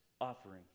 offering